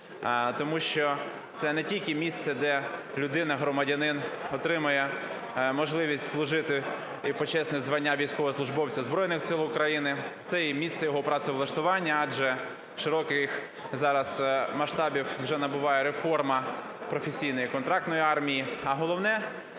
тому що це не тільки місце, де людина, громадянин отримує можливість служити і почесне звання військовослужбовця Збройних Сил України, це і місце його працевлаштування, адже широких зараз масштабів вже набуває реформа професійної контрактної армії, а головне,